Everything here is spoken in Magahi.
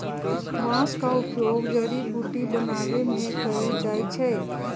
बांस का उपयोग जड़ी बुट्टी बनाबे में कएल जाइ छइ